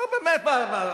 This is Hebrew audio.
נו, באמת.